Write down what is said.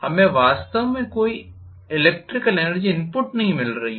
हमें वास्तव में कोई इलेक्ट्रिकल एनर्जी इनपुट नहीं मिल रही है